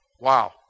Wow